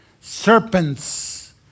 serpents